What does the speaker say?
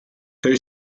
her